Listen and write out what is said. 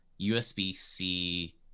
usb-c